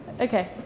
Okay